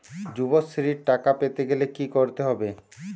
যুবশ্রীর টাকা পেতে গেলে কি করতে হবে?